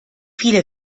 viele